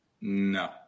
No